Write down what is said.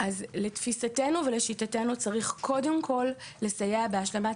לתפיסתנו ולשיטתנו צריך קודם כל לסייע בהשלמת